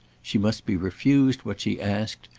she must be refused what she asked,